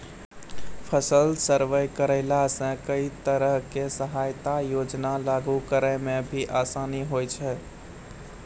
फसल सर्वे करैला सॅ कई तरह के सहायता योजना लागू करै म भी आसानी होय छै